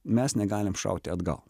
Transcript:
mes negalim šauti atgal